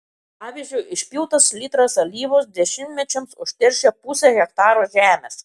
pavyzdžiui išpiltas litras alyvos dešimtmečiams užteršia pusę hektaro žemės